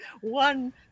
one